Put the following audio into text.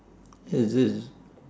ya that's